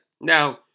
Now